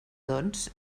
doncs